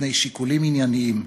על-פני שיקולים ענייניים.